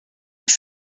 dies